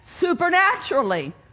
supernaturally